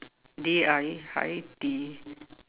D I Hai-Di